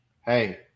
hey